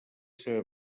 seva